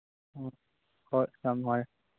ꯑꯣ ꯍꯣꯏ ꯌꯥꯝ ꯅꯨꯡꯉꯥꯏꯔꯦ